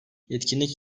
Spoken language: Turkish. etkinlik